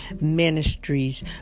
Ministries